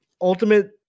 ultimate